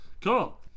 cool